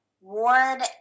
ward